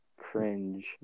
cringe